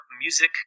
music